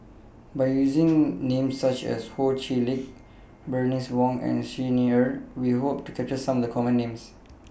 By using Names such as Ho Chee Lick Bernice Wong and Xi Ni Er We Hope to capture Some of The Common Names